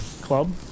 club